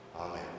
Amen